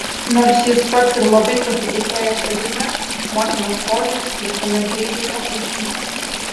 nors jis pats ir labai pasitikėjo savimi motinos požiūris visuomet žeidė jo puikybę